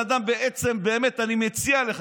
ובאמת אני מציע לך,